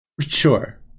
Sure